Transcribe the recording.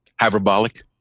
Hyperbolic